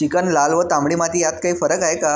Chicken, लाल व तांबडी माती यात काही फरक आहे का?